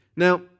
Now